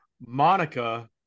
Monica